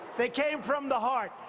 they came from the heart.